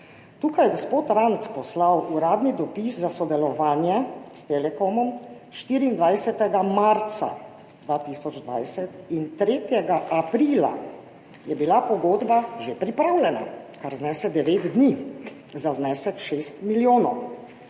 Tukaj je gospod Rant poslal uradni dopis za sodelovanje s Telekomom 24. marca 2020 in 3. aprila je bila pogodba že pripravljena, kar znese devet dni, za znesek 6 milijonov.